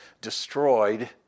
destroyed